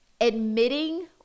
admitting